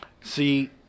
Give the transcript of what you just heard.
See